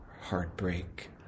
heartbreak